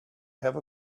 have